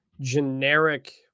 generic